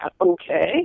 okay